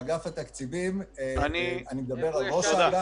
ואגף התקציבים אני מדבר על ראש האגף,